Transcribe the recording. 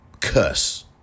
curse